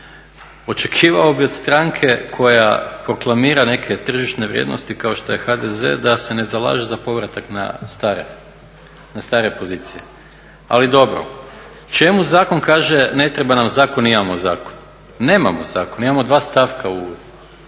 očekivao bih od stranke koja proklamira neke tržišne vrijednosti kao što je HDZ da se ne zalaže za povratak na stare pozicije. Ali dobro. Čemu zakon kaže ne treba nam zakon, imamo zakon. Nemamo zakon. Imamo dva stavka u jednom